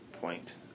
point